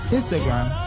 Instagram